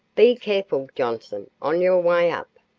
be careful, johnson, on your way up.